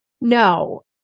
No